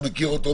אתה מכיר אותו,